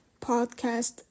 podcast